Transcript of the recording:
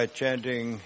chanting